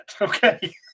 okay